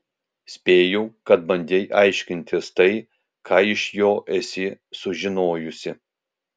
spėju kad bandei aiškintis tai ką iš jo esi sužinojusi